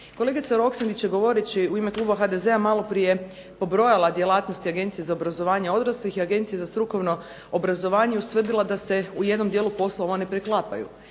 Kolegica Roksandić je govoreći u ime kluba HDZ-a malo prije pobrojala djelatnosti Agencije za obrazovanje odraslih i Agencije za strukovno obrazovanje i ustvrdila da se u jednom dijelu poslova one preklapaju.